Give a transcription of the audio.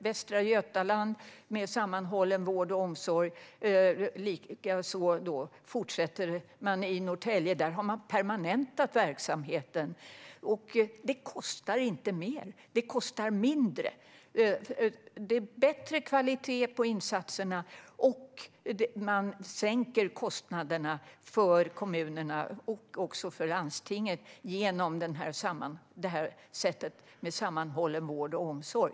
Västra Götaland har sammanhållen vård och omsorg, och i Norrtälje har man permanentat verksamheten - och det kostar inte mer. Det kostar mindre. Det är bättre kvalitet på insatserna, och man sänker kostnaderna för kommunerna och även för landstingen genom arbetssättet med sammanhållen vård och omsorg.